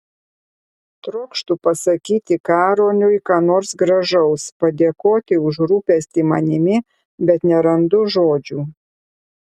trokštu pasakyti karoliui ką nors gražaus padėkoti už rūpestį manimi bet nerandu žodžių